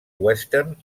western